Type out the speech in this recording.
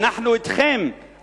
אנחנו אתכם,